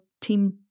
team